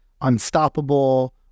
unstoppable